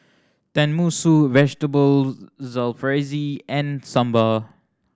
Tenmusu Vegetable Jalfrezi and Sambar